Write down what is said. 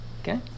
Okay